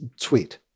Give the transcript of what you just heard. tweet